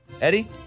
Eddie